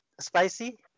spicy